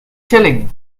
chilling